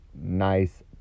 nice